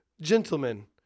Gentlemen